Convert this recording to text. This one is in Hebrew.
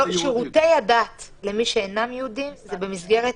שירותי הדת למי שאינם יהודים זה במסגרת